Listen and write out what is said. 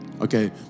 Okay